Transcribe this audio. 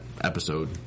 episode